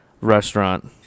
restaurant